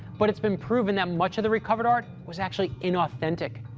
but it's been proven that much of the recovered art was actually inauthentic.